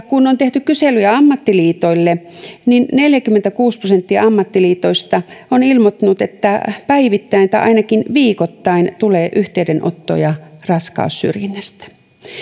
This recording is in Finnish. kun on tehty kyselyjä ammattiliitoille niin neljäkymmentäkuusi prosenttia ammattiliitoista on ilmoittanut että päivittäin tai ainakin viikoittain tulee yhteydenottoja raskaussyrjinnästä